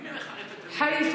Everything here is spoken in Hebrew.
די עם זה, די.